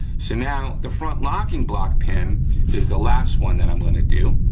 so now, the front locking block pin is the last one that i'm gonna do,